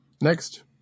Next